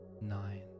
nine